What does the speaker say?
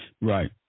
Right